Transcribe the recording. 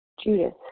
Judith